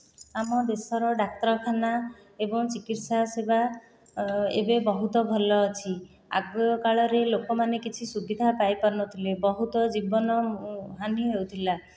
ଆମ ଦେଶର ଡାକ୍ତରଖାନା ଏବଂ ଚିକିତ୍ସା ସେବା ଏବେ ବହୁତ ଭଲ ଅଛି ଆଗ କାଳରେ ଲୋକମାନେ କିଛି ସୁବିଧା ପାଇପାରୁନଥିଲେ ବହୁତ ଜୀବନହାନି ହେଉଥିଲା